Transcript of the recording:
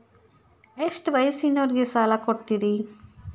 ಎಷ್ಟ ವಯಸ್ಸಿನವರಿಗೆ ಸಾಲ ಕೊಡ್ತಿರಿ?